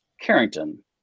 Carrington